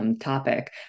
topic